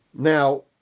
Now